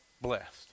blessed